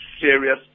serious